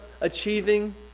achieving